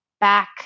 back